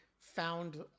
found